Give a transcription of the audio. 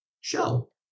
show